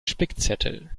spickzettel